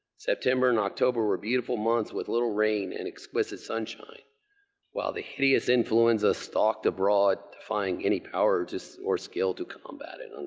september and october were beautiful months with little rain and exquisite sunshine while the hideous influenza stalked abroad to find any power or skill to combat it.